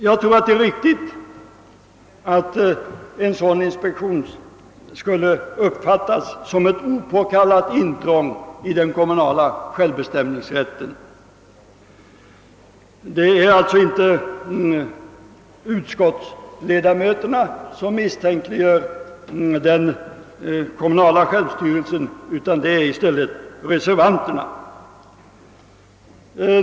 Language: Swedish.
Jag tror det är riktigt att en sådan inspektion skulle uppfattas som ett opåkallat intrång i den kommunala självbestämmanderätten. Det är alltså inte utskottsmajoriteten som misstänkliggör den kommunala självstyrelsen, utan det är reservanterna som gör detta.